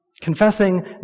Confessing